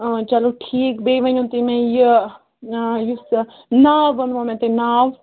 آ چلو ٹھیٖک بیٚیہِ ؤنِو تُہۍ مےٚ یہِ یُس ناو وَنوا مےٚ تۄہہِ ناو